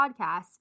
podcasts